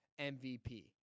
MVP